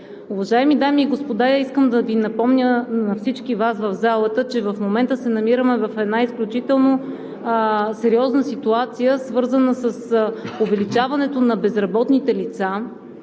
Уважаеми дами и господа, искам да Ви напомня на всички Вас в залата, че в момента се намираме в една изключително сериозна ситуация, свързана с увеличаването на безработните лица.